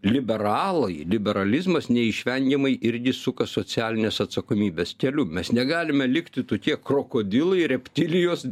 liberalai liberalizmas neišvengiamai irgi suka socialinės atsakomybės keliu mes negalime likti tokie krokodilai reptilijos